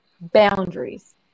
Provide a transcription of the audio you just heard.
boundaries